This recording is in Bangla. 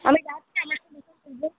আমি যাচ্ছি আপনার